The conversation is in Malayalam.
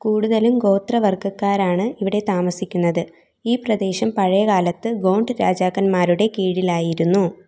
കൂടുതലും ഗോത്രവർഗ്ഗക്കാരാണ് ഇവിടെ താമസിക്കുന്നത് ഈ പ്രദേശം പഴയകാലത്ത് ഗോണ്ട് രാജാക്കന്മാരുടെ കീഴിലായിരുന്നു